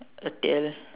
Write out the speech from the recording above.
a tail